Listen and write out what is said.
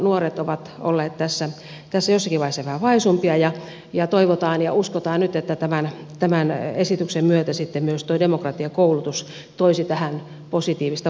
nuoret ovat olleet tässä jossakin vaiheessa vähän vaisumpia ja toivotaan ja uskotaan nyt että tämän esityksen myötä myös tuo demokratiakoulutus toisi tähän positiivista vaikutusta